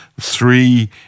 three